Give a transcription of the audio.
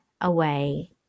away